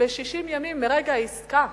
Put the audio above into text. ב-60 ימים מרגע העסקה.